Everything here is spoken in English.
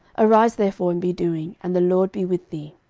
arise therefore, and be doing, and the lord be with thee.